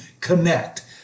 connect